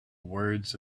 words